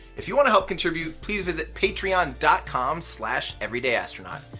if you wanna help contribute, please visit patreon dot com slash everydayastronaut.